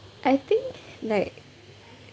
I think like